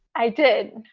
i did.